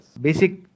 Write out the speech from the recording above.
Basic